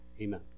Amen